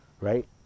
Right